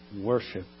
worship